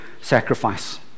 sacrifice